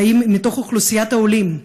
הן באוכלוסיית העולים,